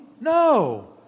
No